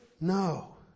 No